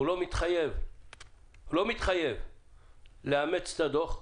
הוא לא מתחייב לאמץ את הדוח,